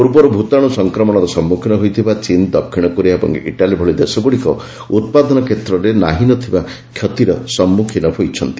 ପୂର୍ବରୁ ଭୂତାଣୁ ସଂକ୍ରମଣର ସମ୍ମୁଖୀନ ହୋଇଥିବା ଚୀନ୍ ଦକ୍ଷିଣ କୋରିଆ ଓ ଇଟାଲୀ ଭଳି ଦେଶଗୁଡ଼ିକ ଉତ୍ପାଦନ କ୍ଷେତ୍ରରେ ନାହିଁ ନ ଥିବା କ୍ଷତିର ସମ୍ମୁଖୀନ ହୋଇଛନ୍ତି